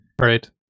Right